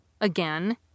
again